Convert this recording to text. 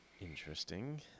Interesting